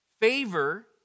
favor